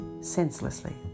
senselessly